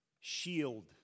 shield